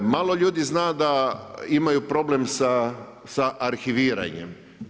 Malo ljudi zna da imaju problem sa arhiviranjem.